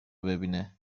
ببینه